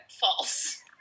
false